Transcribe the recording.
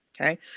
Okay